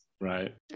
Right